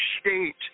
state